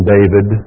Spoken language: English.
David